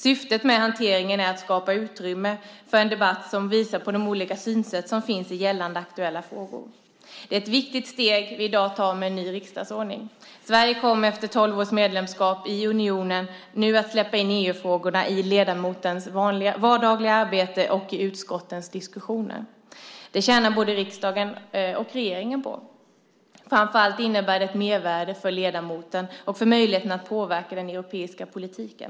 Syftet med hanteringen är att skapa utrymme för en debatt som visar på de olika synsätt som finns i gällande aktuella frågor. Det är ett viktigt steg vi i dag tar med en ny riksdagsordning. Sverige kommer nu efter tolv års medlemskap i unionen att släppa in EU-frågorna i ledamotens vardagliga arbete och i utskottens diskussioner. Det tjänar både riksdagen och regeringen på. Framför allt innebär det ett mervärde för ledamoten och för möjligheten att påverka den europeiska politiken.